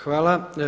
Hvala.